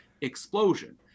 explosion